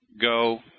go